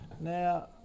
Now